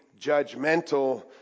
judgmental